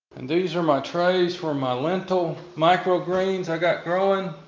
these are my trays for my lentil micro greens i got growing,